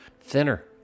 thinner